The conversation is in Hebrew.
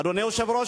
אדוני היושב-ראש,